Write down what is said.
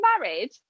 married